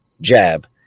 Jab